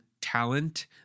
talent